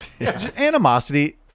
animosity